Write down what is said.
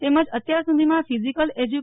તેમજ અત્યાર સુધીમાં ફીઝીકલ એજ્યુ